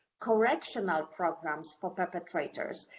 correctional programmes for perpetrators,